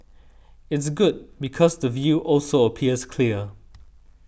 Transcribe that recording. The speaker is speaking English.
it's good because the view also appears clear